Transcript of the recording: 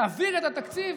להעביר את התקציב.